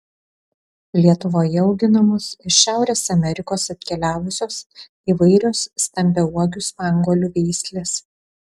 lietuvoje auginamos iš šiaurės amerikos atkeliavusios įvairios stambiauogių spanguolių veislės